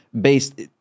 based